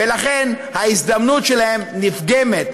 ולכן ההזדמנות שלהם נפגמת,